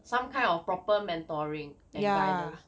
some kind of proper mentoring and guidance